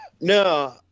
No